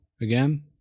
again